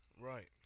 Right